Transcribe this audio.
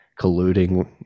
colluding